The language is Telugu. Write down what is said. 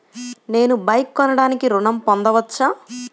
నేను బైక్ కొనటానికి ఋణం పొందవచ్చా?